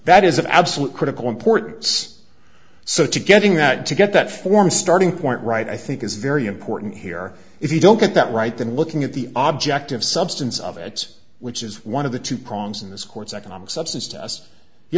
that is of absolutely critical importance so to getting that to get that form starting point right i think is very important here if you don't get that right than looking at the object of substance of it which is one of the two prongs in this court's economic substance to us you